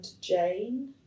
Jane